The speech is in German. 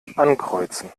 ankreuzen